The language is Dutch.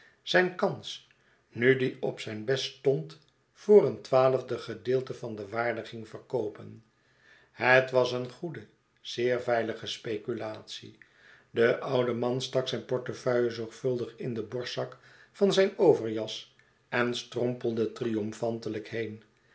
zijn kans nu die op zijn best stond voor een twaalfde gedeelte van de waarde ging verkoopen het was een goede zeer veilige speculate de oude man stak zijn portefeuille zorgvuldig in den borstzak van zijn overjas en strompelde triomfantelijk heen